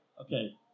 Okay